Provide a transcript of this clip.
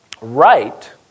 right